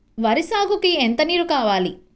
వరి సాగుకు ఎంత నీరు కావాలి?